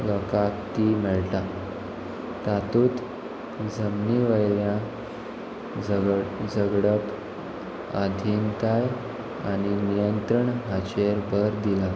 लोकांक ती मेळटा तातूंत जमनी वयल्या झगड झगडप आधिनताय आनी नियंत्रण हाचेर भर दिलां